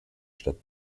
statt